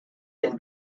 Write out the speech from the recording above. can